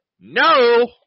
No